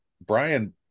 Brian